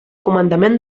comandament